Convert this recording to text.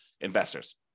investors